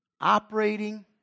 operating